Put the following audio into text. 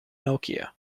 nokia